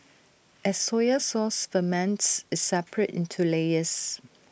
as soy sauce ferments IT separates into layers